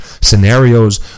scenarios